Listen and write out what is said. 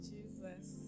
Jesus